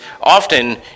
often